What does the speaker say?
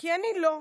"כי אני לא.